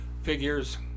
figures